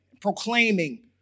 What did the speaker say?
proclaiming